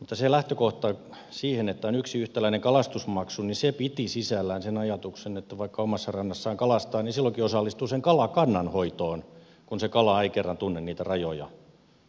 mutta se lähtökohta siihen että on yksi yhtäläinen kalastusmaksu piti sisällään sen ajatuksen että vaikka omassa rannassaan kalastaa niin silloinkin osallistuu sen kalakannan hoitoon kun se kala ei kerran tunne niitä rajoja